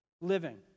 living